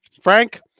Frank